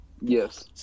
Yes